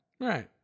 Right